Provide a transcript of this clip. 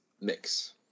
Mix